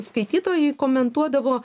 skaitytojai komentuodavo